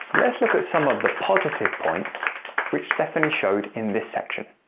let's look at some of the positive points which stephanie showed in this section.